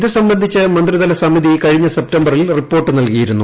ഇതു സംബന്ധിച്ച മന്ത്രിതല സമിതി കഴിഞ്ഞ സെപ്റ്റംബറിൽ റിപ്പോർട്ട് നൽകിയിരുന്നു